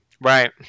right